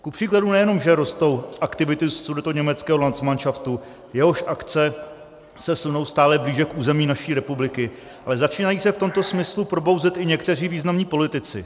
Kupříkladu nejenom že rostou aktivity Sudetoněmeckého landsmanšaftu, jehož akce se sunou stále blíže k území naší republiky, ale začínají se v tomto smyslu probouzet i někteří významní politici.